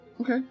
Okay